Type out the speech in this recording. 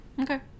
okay